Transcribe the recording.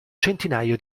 centinaio